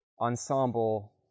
ensemble